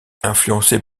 influencés